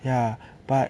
ya but